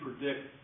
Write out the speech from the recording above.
predict